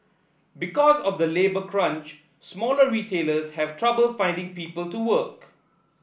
because of the labour crunch smaller retailers have trouble finding people to work